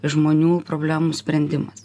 žmonių problemų sprendimas